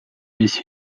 mis